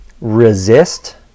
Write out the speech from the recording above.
Resist